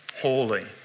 holy